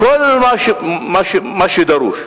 כל מה שדרוש,